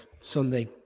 Sunday